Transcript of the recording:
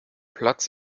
platz